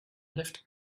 left